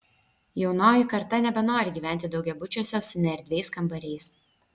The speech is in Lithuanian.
jaunoji karta nebenori gyventi daugiabučiuose su neerdviais kambariais